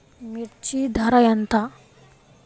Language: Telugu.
మిర్చి ధర ఎంత?